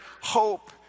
hope